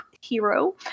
Hero